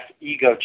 ego